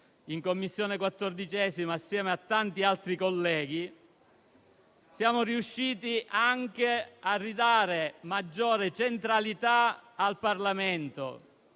14a Commissione insieme a tanti altri colleghi, siamo riusciti a ridare maggiore centralità al Parlamento.